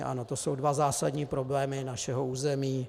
Ano, to jsou dva zásadní problémy našeho území.